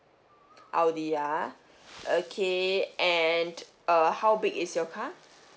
audi ah okay and uh how big is your car